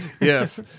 Yes